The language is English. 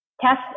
test